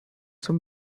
zum